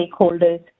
stakeholders